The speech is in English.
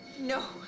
No